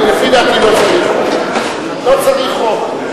לפי דעתי לא צריך חוק, לא צריך חוק.